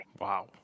Wow